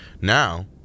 Now